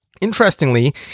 Interestingly